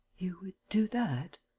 you would do that?